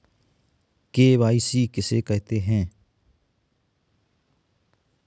KYC किसे कहते हैं?